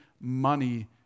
money